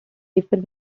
differ